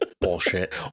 bullshit